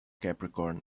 capricorn